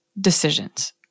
decisions